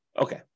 Okay